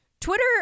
Twitter